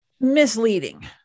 misleading